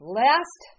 last